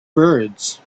birds